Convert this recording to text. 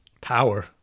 power